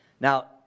Now